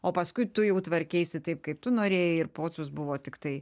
o paskui tu jau tvarkeisi taip kaip tu norėjai ir pocius buvo tiktai